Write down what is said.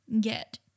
get